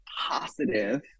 positive